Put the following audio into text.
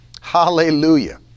Hallelujah